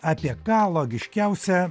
apie ką logiškiausia